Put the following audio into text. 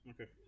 Okay